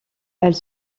elle